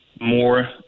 more